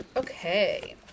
Okay